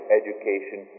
education